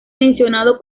mencionado